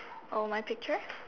my picture